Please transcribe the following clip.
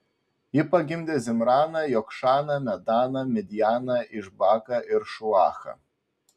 ji pagimdė zimraną jokšaną medaną midjaną išbaką ir šuachą